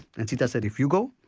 and sita said, if you go,